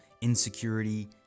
insecurity